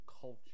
culture